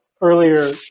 earlier